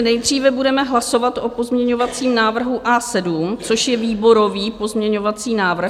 Nejdříve budeme hlasovat o pozměňovacím návrhu A7, co je výborový pozměňovací návrh.